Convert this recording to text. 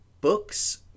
books